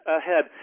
ahead